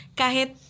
kahit